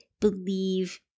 believe